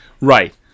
Right